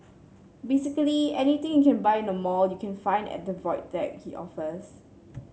basically anything you can buy in a mall you can find at the Void Deck he offers